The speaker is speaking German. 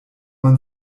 man